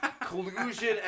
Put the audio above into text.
collusion